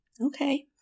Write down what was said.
Okay